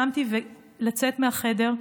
קמתי כדי לצאת מהחדר,